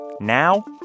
Now